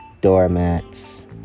doormats